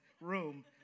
room